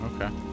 Okay